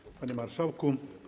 Panie Marszałku!